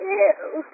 ew